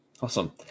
awesome